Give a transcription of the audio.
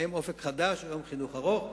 האם "אופק חדש" או יום חינוך ארוך.